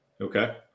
Okay